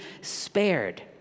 spared